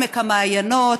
עמק המעיינות,